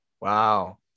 wow